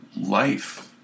life